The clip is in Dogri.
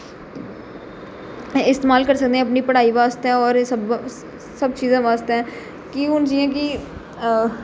इस्तेमाल करी सकदे अपनी पढाई आस्तै और एह् सब चीजें आस्तै कि हून जियां कि हां